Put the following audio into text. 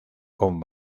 con